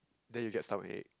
then you get some egg